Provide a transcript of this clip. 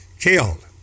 killed